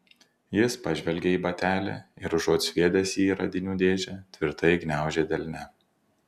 jis pažvelgė į batelį ir užuot sviedęs jį į radinių dėžę tvirtai gniaužė delne